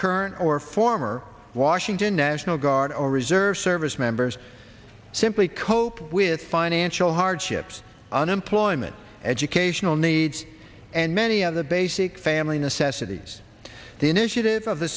current or former washington national guard or reserve service members simply cope with financial hardships unemployment educational needs and many of the basic family necessities the initiative of the